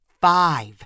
five